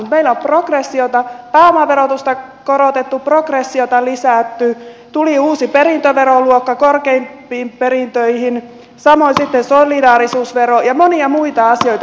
meillä on pääomaverotusta korotettu progressiota lisätty tuli uusi perintöveroluokka korkeimpiin perintöihin samoin solidaarisuusvero ja monia muita asioita